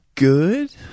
Good